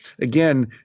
Again